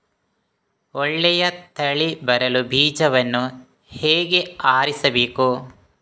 ಒಳ್ಳೆಯ ತಳಿ ಬರಲು ಬೀಜವನ್ನು ಹೇಗೆ ಆರಿಸಬೇಕು?